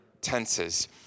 tenses